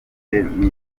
dufite